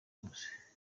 wose